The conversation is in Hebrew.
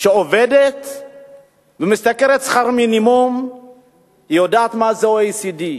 שעובדת ומשתכרת שכר מינימום יודעת מה זה OECD?